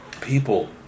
people